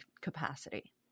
capacity